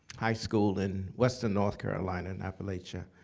high school in western north carolina, in appalachia.